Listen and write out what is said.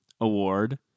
Award